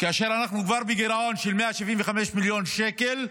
כאשר אנחנו כבר בגירעון של 175 מיליון שקל.